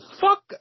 fuck